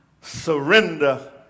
surrender